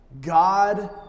God